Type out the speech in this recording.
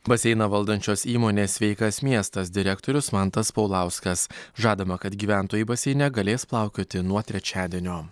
baseiną valdančios įmonės sveikas miestas direktorius mantas paulauskas žadama kad gyventojai baseine galės plaukioti nuo trečiadienio